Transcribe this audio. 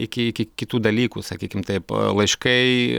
iki ki kitų dalykų sakykim taip laiškai